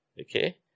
Okay